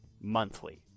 monthly